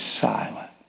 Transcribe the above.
silent